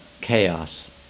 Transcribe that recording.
chaos